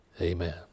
Amen